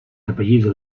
apellido